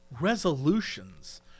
Resolutions